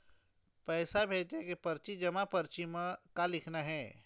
पैसा भेजे के परची जमा परची म का लिखना हे?